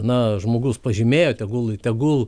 na žmogus pažymėjo tegul tegul